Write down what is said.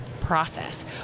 process